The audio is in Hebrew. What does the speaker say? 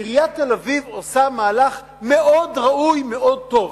עיריית תל-אביב עושה מהלך מאוד ראוי, מאוד טוב